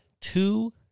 two